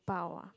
bao ah